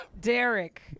Derek